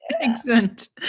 Excellent